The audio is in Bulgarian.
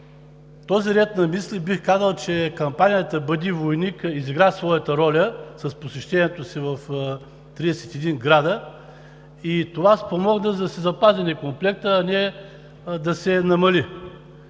този ред на мисли, бих казал, че кампанията „Бъди войник“ изигра своята роля с посещението си в 31 града и спомогна, за да се запази некомплекта, а не да се намали.